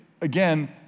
again